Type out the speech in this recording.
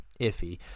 iffy